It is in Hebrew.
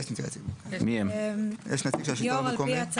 מצטער שלא הייתי בדיון הקודם.